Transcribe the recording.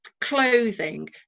clothing